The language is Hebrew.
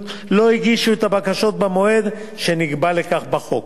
לא הגישו את הבקשות במועד שנקבע לכך בחוק.